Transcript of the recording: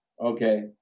okay